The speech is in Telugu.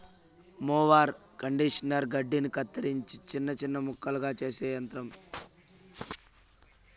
మొవార్ కండీషనర్ గడ్డిని కత్తిరించి చిన్న చిన్న ముక్కలుగా చేసే యంత్రం